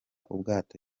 ubwato